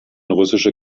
russische